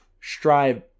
strive